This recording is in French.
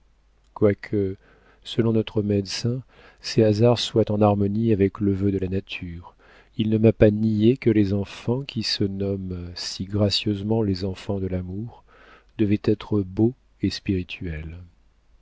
quoique selon notre médecin ces hasards soient en harmonie avec le vœu de la nature il ne m'a pas nié que les enfants qui se nomment si gracieusement les enfants de l'amour devaient être beaux et spirituels